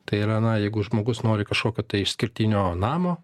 tai yra na jeigu žmogus nori kažkokio išskirtinio namo